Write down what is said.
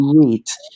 great